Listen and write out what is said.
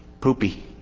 Poopy